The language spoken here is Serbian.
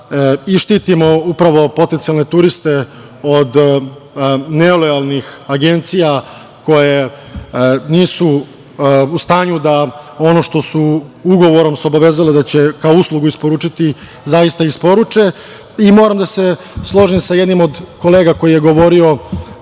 i štitimoupravo potencijalne turiste od nelojalnih agencija koje nisu u stanju da ono što su se ugovorom obavezale da će kao uslugu isporučiti zaista isporuče. Moram da se složim sa jednim od kolega koji je govorio